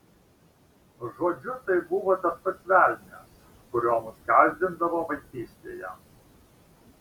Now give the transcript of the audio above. žodžiu tai buvo tas pats velnias kuriuo mus gąsdindavo vaikystėje